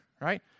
Right